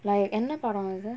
like என்ன படோ அது:enna pado athu